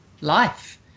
life